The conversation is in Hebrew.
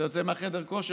אתה יוצא מחדר הכושר,